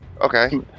Okay